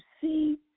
see